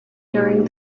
during